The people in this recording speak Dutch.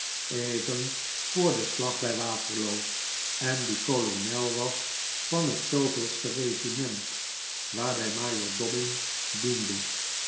even voor den slag bij waterloo en die kolonel was van het de regiment waarbij majoor dobbin diende